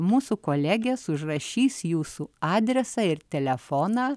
mūsų kolegės užrašys jūsų adresą ir telefoną